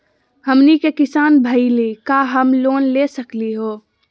हमनी के किसान भईल, का हम लोन ले सकली हो?